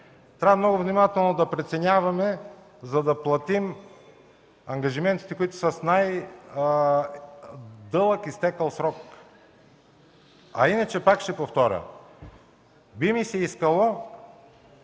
трябва много внимателно да преценяваме, за да платим ангажиментите, които са с най-дълъг изтекъл срок. Иначе пак ще повторя: би ми се искало